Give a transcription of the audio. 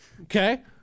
Okay